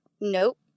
nope